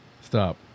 Stop